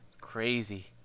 Crazy